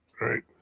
Right